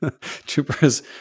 Troopers